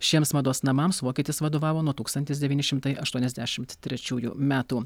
šiems mados namams vokietis vadovavo nuo tūkstantis devyni šimtai aštuoniasdešimt trečiųjų metų